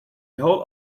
whole